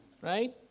right